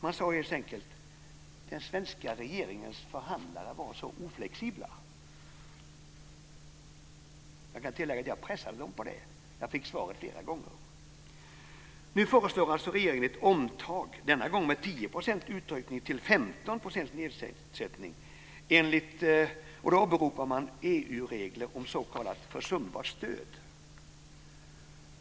Man sade helt enkelt att den svenska regeringens förhandlare var så oflexibla. Jag kan tillägga att jag pressade dem här, och jag fick svaret flera gånger. Nu föreslår alltså regeringen ett omtag, denna gång med en utökning på 10 % till en nedsättning på 15 %. Man åberopar EU-regler om s.k. försumbart stöd.